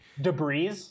debris